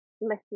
listen